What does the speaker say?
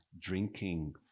drinking